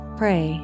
pray